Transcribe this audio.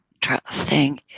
trusting